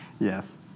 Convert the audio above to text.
Yes